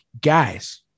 Guys